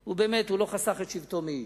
הוא באמת לא חסך את שבטו מאיש.